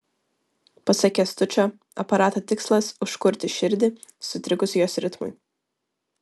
pasak kęstučio aparato tikslas užkurti širdį sutrikus jos ritmui